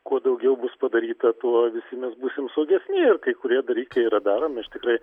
kuo daugiau bus padaryta tuo visi mes būsim saugesni ir kai kurie dalykai yra daromi aš tikrai